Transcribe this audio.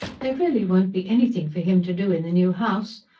there really won't be anything for him to do in the new house.